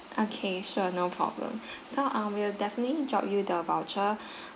okay sure no problem so um we'll definitely drop you the voucher